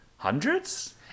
Hundreds